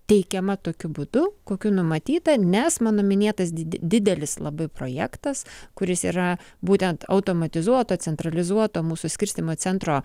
teikiama tokiu būdu kokiu numatyta nes mano minėtas didelis labai projektas kuris yra būtent automatizuoto centralizuoto mūsų skirstymo centro